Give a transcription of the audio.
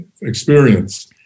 experience